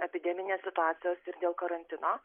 epideminės situacijos ir dėl karantino